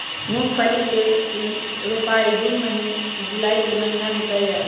मूंगफली के रोपाई जून जुलाई के महीना में कइल जाहई